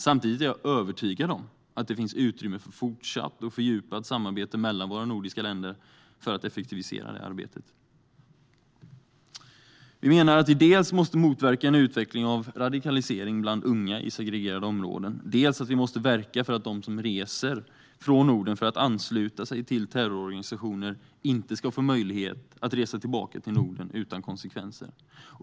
Samtidigt är jag övertygad om att det finns utrymme för fortsatt och fördjupat samarbete mellan våra nordiska länder för att effektivisera arbetet. Vi menar att vi dels måste motverka en utveckling av radikalisering bland unga i segregerade områden, dels måste verka för att de som reser från Norden för att ansluta sig till terrororganisationer inte ska få möjlighet att resa tillbaka till Norden utan konsekvenser.